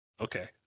Okay